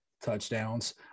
touchdowns